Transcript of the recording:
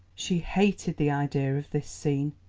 she hated the idea of this scene.